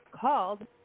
called